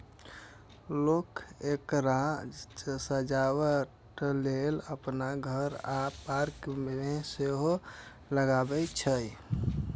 लोक एकरा सजावटक लेल अपन घर आ पार्क मे सेहो लगबै छै